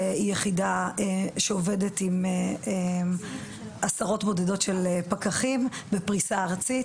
יחידה שעובדת עם עשרות בודדים של פקחים בפריסה ארצית.